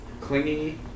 clingy